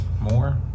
more